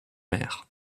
mère